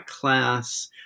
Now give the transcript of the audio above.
class